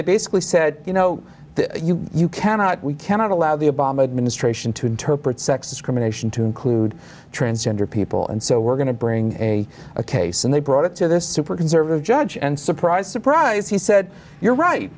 they basically said you know you you cannot we cannot allow the obama administration to interpret sex discrimination to include transgender people and so we're going to bring a case and they brought it to this super conservative judge and surprise surprise he said you're right